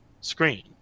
screen